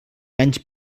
anys